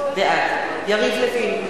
בעד יריב לוין,